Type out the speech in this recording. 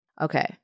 Okay